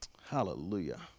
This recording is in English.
hallelujah